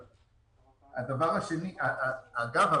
אגב,